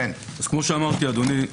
כמו שאמרתי, אדוני,